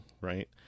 right